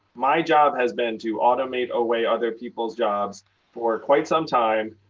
my job has been to automate away other people's jobs for quite some time